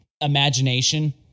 imagination